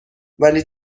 ولی